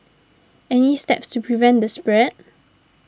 any steps to prevent the spread